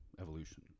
evolution